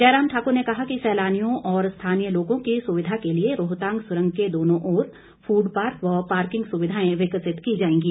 जयराम ठाकुर ने कहा कि सैलानियों और स्थानीय लोगों की सुविधा के लिए रोहतांग सुरंग के दोनों ओर फूड पार्क व पार्किंग सुविधाएं विकसित की जाएंगी